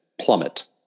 plummet